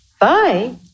Bye